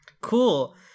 Cool